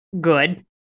good